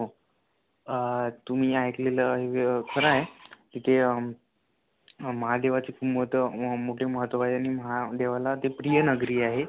हो तुम्ही ऐकलेलं हे खरं आहे तिथे महादेवाचे खूप मोठं मोठे महत्त्व आहे आणि महादेवाला ते प्रिय नगरी आहे